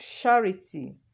charity